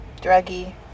druggy